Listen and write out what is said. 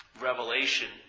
revelation